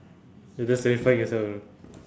eh that's terrifying as hell